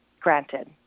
granted